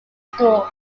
school